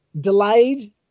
delayed